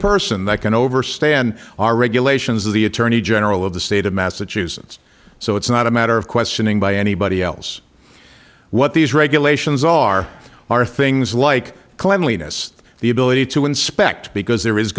person that can overstay and are regulations of the attorney general of the state of massachusetts so it's not a matter of questioning by anybody else what these regulations are are things like cleanliness the ability to inspect because there is